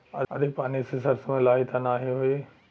अधिक पानी से सरसो मे लाही त नाही होई?